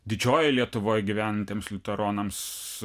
didžiojoj lietuvoj gyvenantiems liuteronams